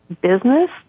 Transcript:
business